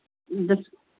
दस